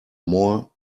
more